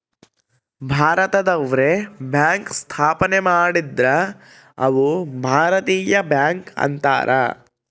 ಭಾರತದವ್ರೆ bank ಸ್ಥಾಪನೆ ಮಾಡಿದ್ರ ಅವು ಭಾರತೀಯ ಬ್ಯಾಂಕ್ ಅಂತಾರ